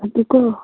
ꯑꯗꯨꯀꯣ